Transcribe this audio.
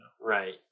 Right